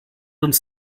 uns